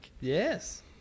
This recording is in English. Yes